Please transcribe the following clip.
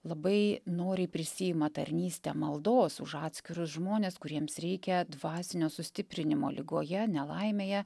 labai noriai prisiima tarnystę maldos už atskirus žmones kuriems reikia dvasinio sustiprinimo ligoje nelaimėje